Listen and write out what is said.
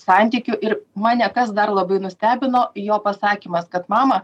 santykių ir mane kas dar labai nustebino jo pasakymas kad mama